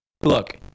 Look